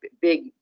big